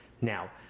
Now